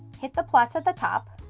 hit the plus at the top.